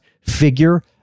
figure